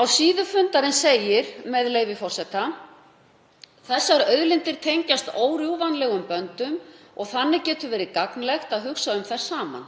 Á síðu fundarins segir, með leyfi forseta: „Þessar auðlindir tengjast órjúfanlegum böndum og þannig getur verið gagnlegt að hugsa um þær saman.